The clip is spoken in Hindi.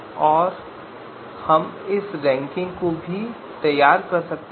और हम एक रैंकिंग भी तैयार कर सकते हैं